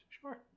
sure